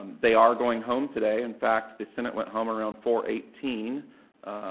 they are going home today. in fact, the senate went home around four eighteen,